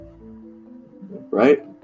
Right